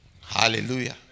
Hallelujah